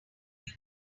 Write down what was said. knew